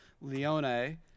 Leone